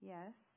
Yes